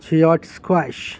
شھیاٹس quash